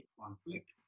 conflict